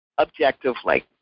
objectively